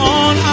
on